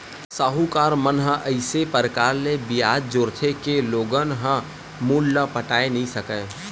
साहूकार मन ह अइसे परकार ले बियाज जोरथे के लोगन ह मूल ल पटाए नइ सकय